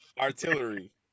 artillery